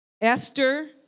Esther